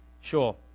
Sure